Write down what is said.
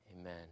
Amen